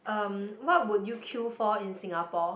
um what would you queue for in Singapore